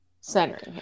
centering